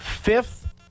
fifth